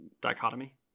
dichotomy